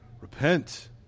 repent